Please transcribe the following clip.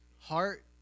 heart